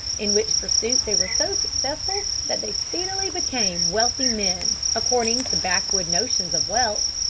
in which pursuit they were so successful that they speedily became wealthy men, according to backwood notions of wealth.